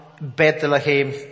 Bethlehem